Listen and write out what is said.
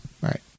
right